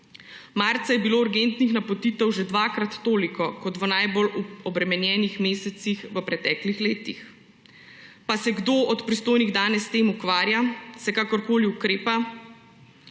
Marca je bilo urgentnih napotitev že dvakrat toliko kot v najbolj obremenjenih mesecih v preteklih letih. Pa se kdo od pristojnih danes s tem ukvarja? Se kakorkoli ukrepa?